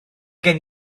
gen